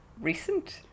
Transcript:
recent